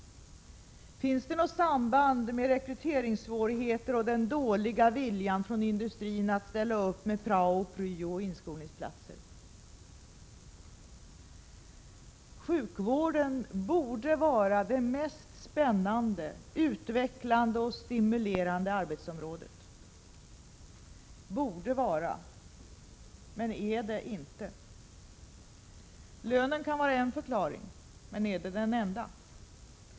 Finns det något samband mellan rekryteringssvårigheter och den dåliga viljan från industrin att ställa upp med prao, pryo och inskolningsplatser? Sjukvården borde vara det mest spännande, utvecklande och stimulerande arbetsområdet. Borde vara, men är det inte. Lönen kan vara en förklaring — men är det den enda?